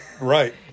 Right